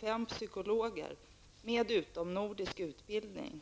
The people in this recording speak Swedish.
5 psykologer med utomnordisk utbildning.